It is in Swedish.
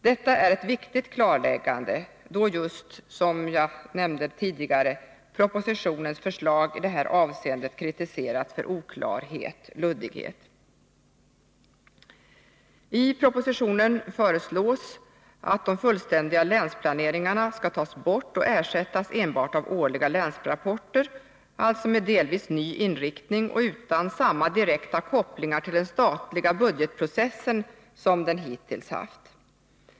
Detta är ett viktigt klarläggande, då just, som jag nämnde tidigare, propositionens förslag i det här avseendet kritiserats för oklarhet — luddighet. I propositionen föreslås att de ”fullständiga länsplaneringarna” skall tas bort och ersättas enbart av årliga länsrapporter, alltså med delvis ny inriktning och utan samma direkta kopplingar till den statliga budgetprocessen som hittills förekommit.